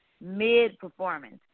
mid-performance